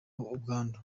ubwandu